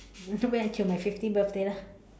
wait until my fifty birthday lah